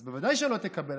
אז בוודאי שלא תקבל.